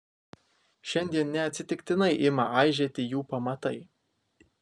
šiandien neatsitiktinai ima aižėti jų pamatai